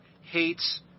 hates